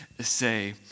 say